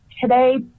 today